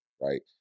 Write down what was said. Right